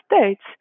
states